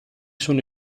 sono